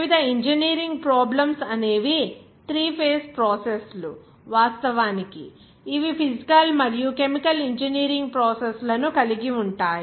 వివిధ engineering problems అనేవి three phase process లు వాస్తవానికి ఇవి ఫిజికల్ మరియు కెమికల్ ఇంజనీరింగ్ ప్రాసెస్ లను కలిగి ఉంటాయి